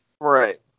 Right